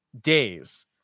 days